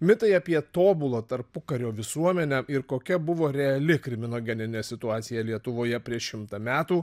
mitai apie tobulą tarpukario visuomenę ir kokia buvo reali kriminogeninė situacija lietuvoje prieš šimtą metų